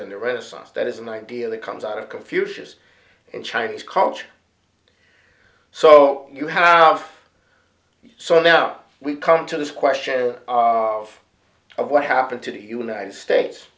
in the renaissance that is an ideal that comes out of confucius and chinese culture so you have so now we come to this question of what happened to the united states